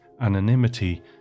anonymity